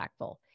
impactful